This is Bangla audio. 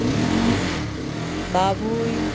বাবুই